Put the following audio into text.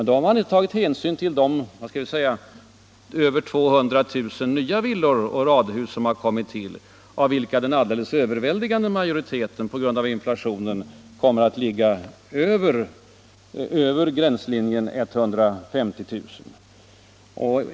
Då har man inte tagit hänsyn till 200 000 nya villor och radhus som har kommit till, av vilka den alldeles överväldigande majoriteten på grund av inflationen kommer att ligga över gränslinjen 150 000 kr.